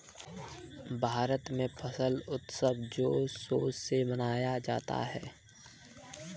भारत में फसल उत्सव जोर शोर से मनाया जाता है